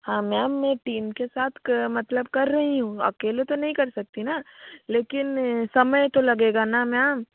हाँ मैम मैं टीम के साथ क मतलब कर रही हूँ अकेले तो नहीं कर सकती ना लेकिन समय तो लगेगा ना मैम